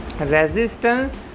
resistance